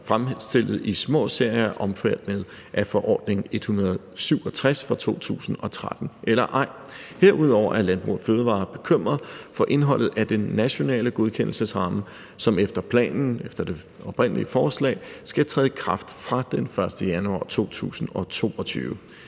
fremstillet i små serier er omfattet af forordning nr. 167 fra 2013 eller ej. Herudover er Landbrug & Fødevarer bekymret for indholdet af den nationale godkendelsesramme, som efter det oprindelige forslag skal træde i kraft fra den 1. januar 2022.